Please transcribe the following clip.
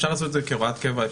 לעשות את זה כהוראת קבע,